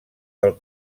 del